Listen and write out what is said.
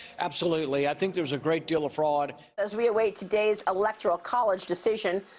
absolutely. i think there's a great deal of fraud. as we await today's electoral college decision,